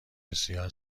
بسیار